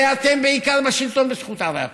ואתם בשלטון בעיקר בזכות ערי הפיתוח.